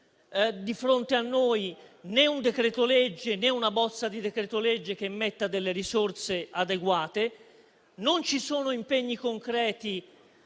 di fronte a noi né un decreto-legge, né una bozza di decreto-legge che metta delle risorse adeguate. Non ci sono impegni concreti